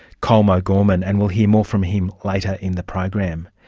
colm o'gorman, and we'll hear more from him later in the program.